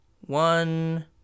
One